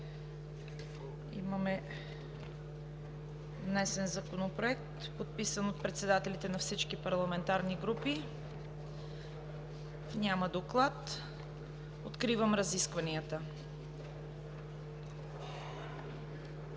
Имаме внесен Законопроект, подписан от председателите на всички парламентарни групи. Няма доклад. Откривам разискванията.